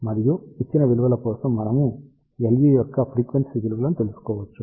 మరియు ఇచ్చిన విలువల కోసం మనము Le యొక్క ఫ్రీక్వెన్సీ విలువను తెలుసుకోవచ్చు